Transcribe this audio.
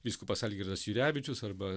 vyskupas algirdas jurevičius arba